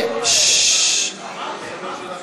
(קוראת בשמות חברי הכנסת)